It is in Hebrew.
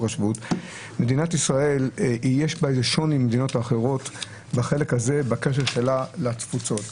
למדינת ישראל יש שוני לעומת המדינות האחרות בחלק הזה ובקשר שלה לתפוצות.